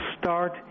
start